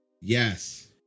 Yes